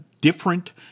different